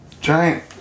giant